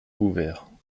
ouverts